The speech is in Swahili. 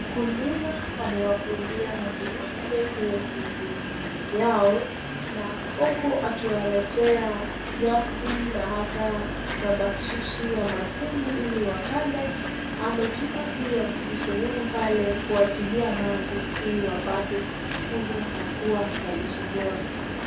Mkulima amewafungia ngombe wake kwenye zizi yao na huku akiwaletea nyasi na hata mabakshishi ya mahindi ili wakale na amechimba pia kisehemu pale kuwatilia maji ili wapate kunywa na wapate kuwa na lishe bora.